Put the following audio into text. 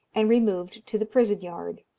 and removed to the prison-yard.